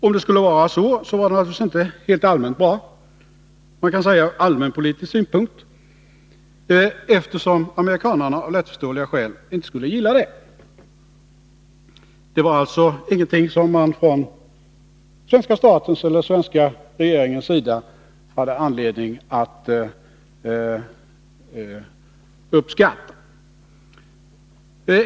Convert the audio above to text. Om det hade varit så, vore det naturligtvis helt allmänt sett eller så att säga ur allmänpolitisk synpunkt inte bra, eftersom amerikanarna av lättförståeliga skäl inte skulle ha gillat det, och det var ju ingenting som den svenska staten eller den svenska regeringen hade anledning att önska.